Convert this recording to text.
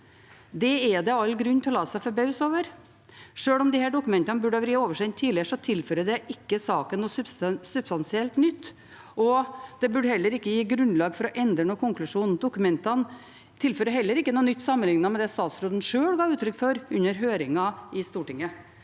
Det er det all grunn til å la seg forbause over. Sjøl om disse dokumentene burde ha vært oversendt tidligere, tilfører det ikke saken noe substansielt nytt, og det burde heller ikke gi grunnlag for å endre noen konklusjon. Dokumentene tilfører heller ikke noe nytt sammenlignet med det statsråden sjøl ga uttrykk for under høringen i Stortinget.